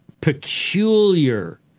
peculiar